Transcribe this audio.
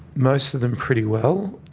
most of them pretty well.